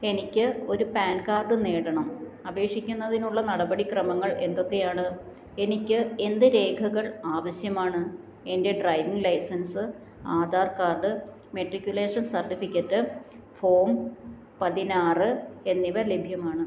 എനിക്ക് ഒരു PAN card നേടണം അപേക്ഷിക്കുന്നതിനുള്ള നടപടിക്രമങ്ങൾ എന്തൊക്കെയാണ് എനിക്ക് എന്ത് രേഖകൾ ആവശ്യമാണ് എൻ്റെ driving licence Aadhaar card matriculation certificate form പതിനാറ് എന്നിവ ലഭ്യമാണ്